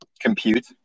Compute